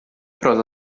prosa